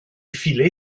filer